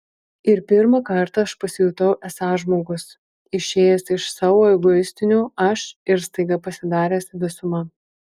ir pirmą kartą aš pasijutau esąs žmogus išėjęs iš savo egoistinio aš ir staiga pasidaręs visuma